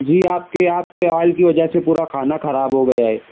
جی آپ کے آپ کے آئل کی وجہ سے پورا کھانا خراب ہو گیا ہے